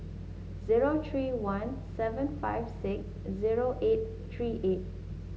zero three one seven five six zero eight three eight